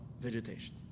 vegetation